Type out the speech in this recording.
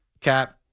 cap